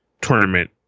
tournament